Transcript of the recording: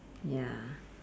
ya